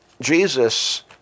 Jesus